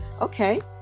Okay